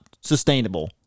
sustainable